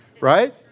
Right